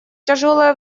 тяжелое